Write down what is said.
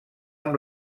amb